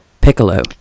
Piccolo